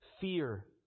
fear